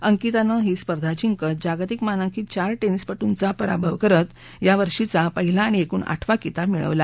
अंकितानं ही स्पर्धा जिंकत जागतिक मानांकित चार टेनिसपटूंचा पराभव करत यावर्षीचा पहिला आणि एकूण आठवा किताब मिळवला